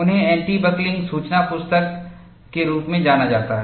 उन्हें anti buckling सूचना पुस्तक के रूप में जाना जाता है